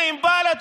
"נאמנות,